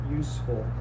useful